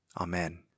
Amen